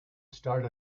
start